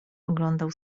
oglądał